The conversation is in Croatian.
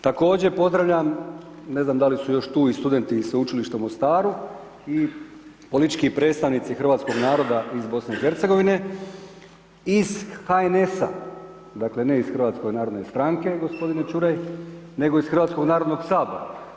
Također pozdravljam, ne znam da li su još tu i studenti iz Sveučilištu u Mostaru i politički predstavnici hrvatskog naroda iz BIH, iz HNS-a dakle, ne iz Hrvatske narodne stranke, g. Čuraj, nego iz Hrvatskog narodna sabora.